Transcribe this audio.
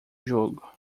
jogo